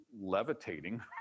levitating